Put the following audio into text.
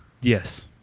Yes